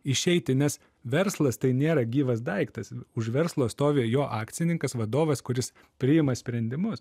išeiti nes verslas tai nėra gyvas daiktas už verslo stovi jo akcininkas vadovas kuris priima sprendimus